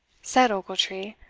said ochiltree,